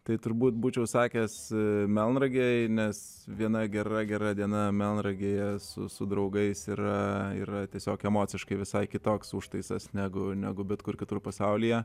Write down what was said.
tai turbūt būčiau sakęs melnragėj nes viena gera gera diena melnragėje su su draugais yra yra tiesiog emociškai visai kitoks užtaisas negu negu bet kur kitur pasaulyje